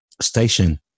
Station